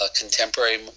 contemporary